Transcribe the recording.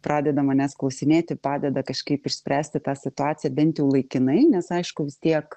pradeda manęs klausinėti padeda kažkaip išspręsti tą situaciją bent jau laikinai nes aišku vis tiek